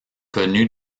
connu